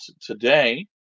today